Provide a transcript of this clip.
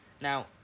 Now